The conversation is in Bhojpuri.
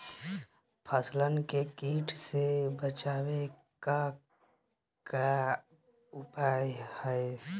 फसलन के कीट से बचावे क का उपाय है?